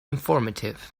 informative